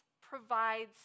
provides